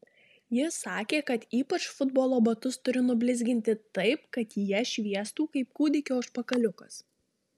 jis sakė kad ypač futbolo batus turiu nublizginti taip kad jie šviestų kaip kūdikio užpakaliukas